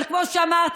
אבל כמו שאמרתי,